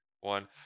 One